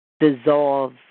dissolve